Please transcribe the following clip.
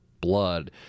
blood